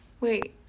wait